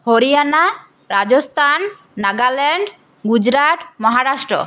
Haryana Rajasthan Nagaland Gujarat Maharashtra